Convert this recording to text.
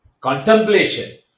contemplation